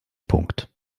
punkt